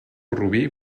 rubí